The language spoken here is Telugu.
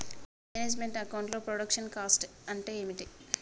మేనేజ్ మెంట్ అకౌంట్ లో ప్రొడక్షన్ కాస్ట్ అంటే ఏమిటి?